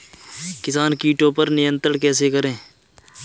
किसान कीटो पर नियंत्रण कैसे करें?